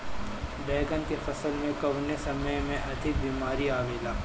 बैगन के फसल में कवने समय में अधिक बीमारी आवेला?